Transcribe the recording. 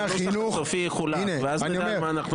מציע שהנוסח הסופי יחולק ואז נדע על מה אנחנו דנים.